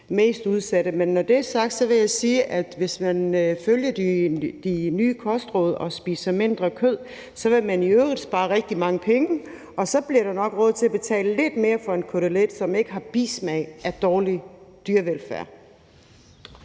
Men når det er sagt, vil jeg sige, at hvis man følger de nye kostråd og spiser mindre kød, vil man spare rigtig mange penge, og så bliver der nok råd til at betale lidt mere for en kotelet, som ikke har en bismag af dårlig dyrevelfærd.